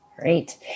Great